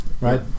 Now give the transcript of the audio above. right